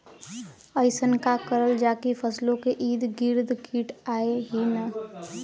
अइसन का करल जाकि फसलों के ईद गिर्द कीट आएं ही न?